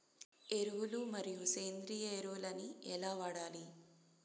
ఎరువులు మరియు సేంద్రియ ఎరువులని ఎలా వాడాలి?